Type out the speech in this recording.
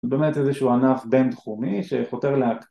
זה באמת איזה שהוא ענף בינתחומי שפותר להק